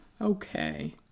okay